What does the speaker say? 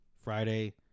Friday